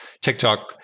TikTok